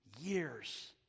years